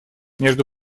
между